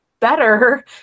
better